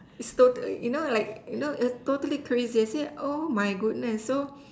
it's totally you know like you know totally crazy I say oh my goodness so